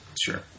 Sure